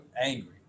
angry